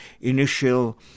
initial